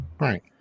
Right